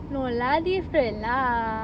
no lah different lah